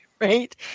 Right